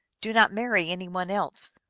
do not marry any one else.